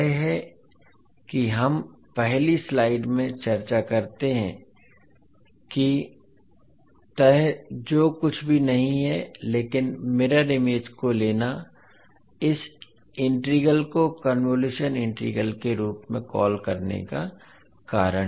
तो यह है कि हम पहली स्लाइड में चर्चा करते हैं कि तह जो कुछ भी नहीं है लेकिन मिरर इमेज को लेना इस इंटीग्रल को कन्वोलुशन इंटीग्रल के रूप में कॉल करने का कारण है